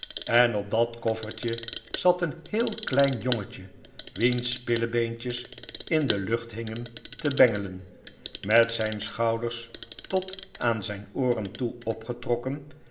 en op dat koffertje zat een heel klein jongetje wiens spillebeentjes in de lucht hingen te bengelen met zijn schouders tot aan zijn ooren toe opgetrokken